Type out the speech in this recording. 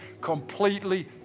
completely